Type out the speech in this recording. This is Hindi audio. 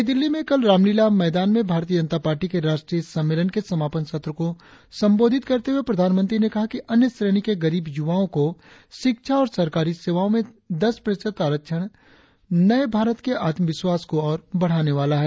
नई दिल्ली में कल रामलीला मैदान में भारतीय जनता पार्टी के राष्ट्रीय सम्मेलन के समापन सत्र को संबोधित करते हुए प्रधानमंत्री ने कहा कि अन्य श्रेणी के गरीब युवाओ को शिक्षा और सरकारी सेवाओं में दस प्रतिशत आरक्षण नये भारत के आत्मविश्वास को और बढ़ाने वाला है